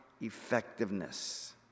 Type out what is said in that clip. effectiveness